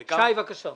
שי, בבקשה.